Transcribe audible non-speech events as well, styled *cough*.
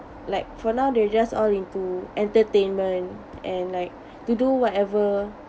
like for now they're just all into entertainment and like *breath* to do whatever